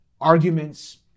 arguments